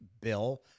bill